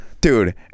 dude